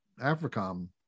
africom